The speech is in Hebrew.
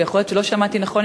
ויכול להיות שלא שמעתי נכון.